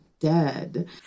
dead